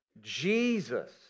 Jesus